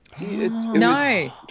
No